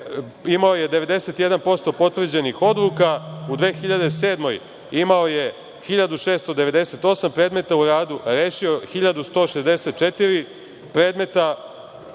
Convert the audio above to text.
Imao je 91% potvrđenih odluka. U 2007. godini imao je 1.698 predmeta u radu, rešio je 1.164 predmeta.